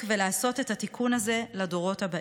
ולעשות את התיקון הזה לדורות הבאים,